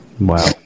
Wow